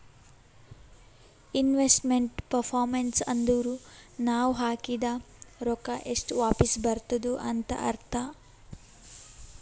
investment performance ಅಂದುರ್ ನಾವ್ ಹಾಕಿದ್ ರೊಕ್ಕಾ ಎಷ್ಟ ವಾಪಿಸ್ ಬರ್ತುದ್ ಅಂತ್ ಅರ್ಥಾ